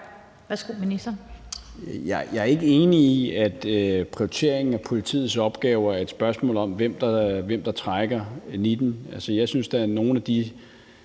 Jeg er ikke enig i, at prioriteringen af politiets opgaver er et spørgsmål om, hvem der trækker nitten. Altså, jeg synes da, at nogle af de